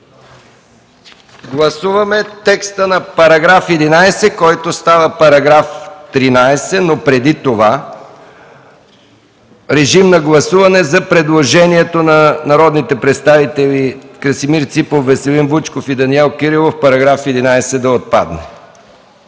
Гласуваме текста на § 11, който става § 13, но преди това – режим на гласуване за предложението на народните представители Красимир Ципов, Веселин Вучков и Данаил Кирилов –§ 11 да отпадне.